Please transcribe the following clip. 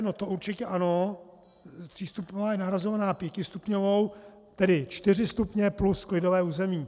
No to určitě ano, třístupňová je nahrazována pětistupňovou, tedy čtyři stupně plus klidové území.